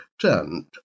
turned